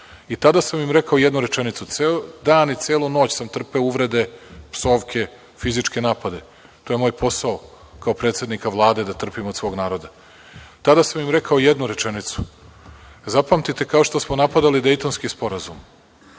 Tada sam im rekao jednu rečenicu. Ceo dan i celu noć sam trpeo uvrede, psovke, fizičke napade. To je moj posao kao predsednika Vlade da trpim od svog naroda. Tada sam im rekao jednu rečenicu – Zapamtite, kao što smo napadali Dejtonski sporazum